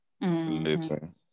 Listen